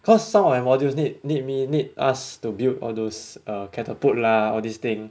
cause some of my modules need need me need us to build all those uh catapult lah all these thing